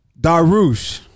darush